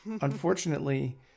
Unfortunately